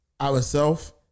ourself